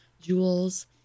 jewels